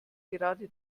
gerade